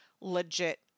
legit